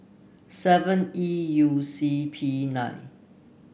seven E U C P nine